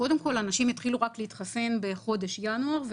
אנשים התחילו להתחסן רק בחודש בינואר.